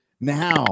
now